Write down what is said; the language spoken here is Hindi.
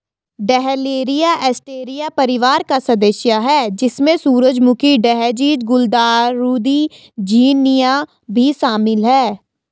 डहलिया एस्टेरेसिया परिवार का सदस्य है, जिसमें सूरजमुखी, डेज़ी, गुलदाउदी, झिननिया भी शामिल है